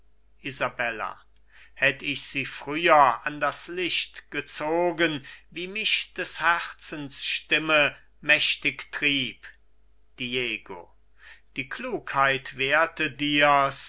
isabella hätt ich sie früher an das licht gezogen wie mich des herzens stimme mächtig trieb diego die klugheit wehrte dir's